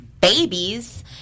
babies